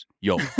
Yo